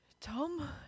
Tom